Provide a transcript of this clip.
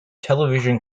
television